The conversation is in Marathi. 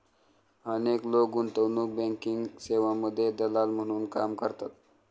अनेक लोक गुंतवणूक बँकिंग सेवांमध्ये दलाल म्हणूनही काम करतात